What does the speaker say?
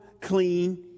clean